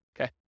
Okay